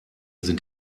sind